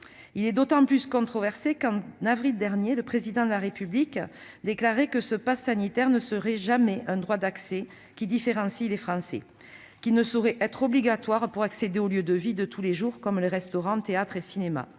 Il l'est d'autant plus qu'en avril dernier le Président de la République déclarait que ce passe sanitaire ne serait jamais un droit d'accès qui différencie les Français, et qu'il ne saurait être obligatoire pour accéder aux lieux de la vie de tous les jours, comme les restaurants, théâtres et cinémas.